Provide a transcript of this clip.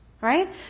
Right